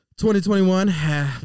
2021